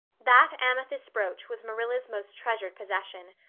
that amethyst brooch was marilla's most treasured possession.